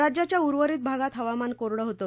राज्याच्या उर्वरित भागात हवामान कोरड होत